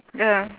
ya